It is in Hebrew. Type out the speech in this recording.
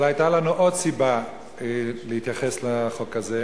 אבל היתה לנו עוד סיבה להתייחס לחוק הזה,